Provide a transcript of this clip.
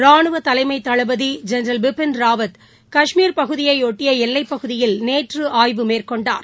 ராணுவ தலைமை தளபதி ஜெனரல் பிபின் ராவத் கஷ்மீர் பகுதியையொட்டி எல்லைக்பகுதியில் நேற்று ஆய்வு மேற்கொண்டார்